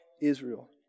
Israel